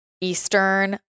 Eastern